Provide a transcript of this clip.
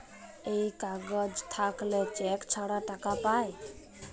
এই কাগজ থাকল্যে চেক ছাড়া টাকা পায়